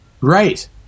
Right